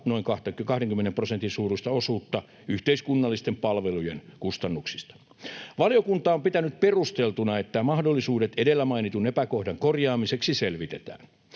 noin 20 prosentin suuruista osuutta yhteiskunnallisten palvelujen kustannuksista. Valiokunta on pitänyt perusteltuna, että mahdollisuudet edellä mainitun epäkohdan korjaamiseksi selvitetään.